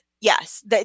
Yes